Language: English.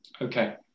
Okay